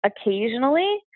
Occasionally